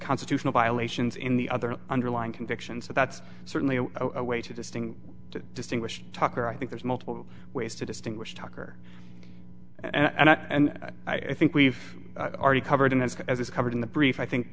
constitutional violations in the other underlying convictions so that's certainly a way to this thing to distinguish tucker i think there's multiple ways to distinguish tucker and i and i think we've already covered in this as it's covered in the brief i think